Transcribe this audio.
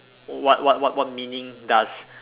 what what what what meaning does